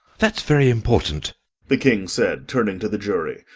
that's very important the king said, turning to the jury.